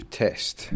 test